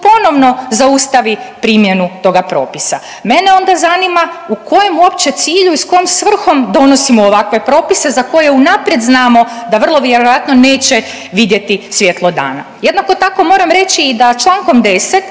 ponovno zaustavi primjenu toga propisa. Mene onda zanima u kojem uopće cilju i sa kojom svrhom donosimo ovakve propise za koje unaprijed znamo da vrlo vjerojatno neće vidjeti svjetlo dana. Jednako tako moram reći i da člankom 10.